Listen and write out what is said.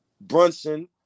Brunson